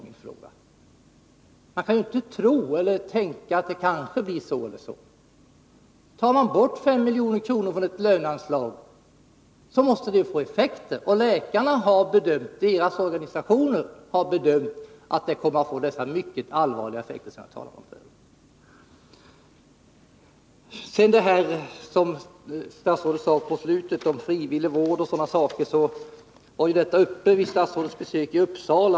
Man får inte bara tro eller tänka sig att det kanske blir så eller så. Tar man bort 5 milj.kr. från ett löneanslag, måste det ju få effekter. Läkarnas organisation har bedömt att anslagsnedskärningen kommer att få de mycket allvarliga konsekvenser som jag talade om förut. Mot slutet av sitt inlägg gick statsrådet in på detta om ”frivillig vård”. Den frågan var uppe vid statsrådets besök i Uppsala.